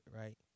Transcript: right